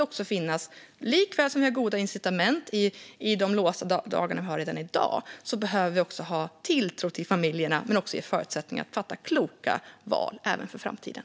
Lika väl som vi har goda incitament i de låsta dagar som vi har redan i dag behöver vi ha tilltro till familjerna och ge dem förutsättningar att göra kloka val även för framtiden.